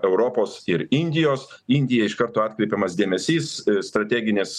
europos ir indijos indiją iš karto atkreipiamas dėmesys strateginis